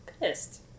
pissed